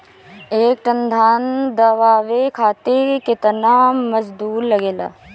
एक टन धान दवावे खातीर केतना मजदुर लागेला?